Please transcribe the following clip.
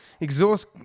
Exhaust